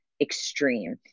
extreme